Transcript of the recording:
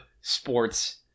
Sports